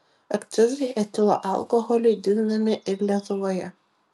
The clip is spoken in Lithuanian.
akcizai etilo alkoholiui didinami ir lietuvoje